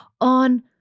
on